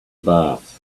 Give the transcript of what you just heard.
bath